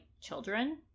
children